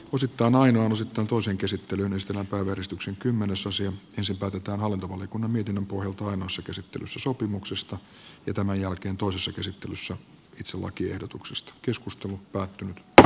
osittain vain osittain toisen käsittelyn ystävänpäiväristuksen kymmenesosia ensin päätetään hallintovaliokunnan mietinnön pohjalta ainoassa käsittelyssä sopimuksesta ja sitten toisessa käsittelyssä lakiehdotuksesta keskustelu pakki dr